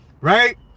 right